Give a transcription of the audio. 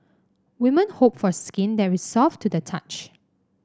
women hope for skin that is soft to the touch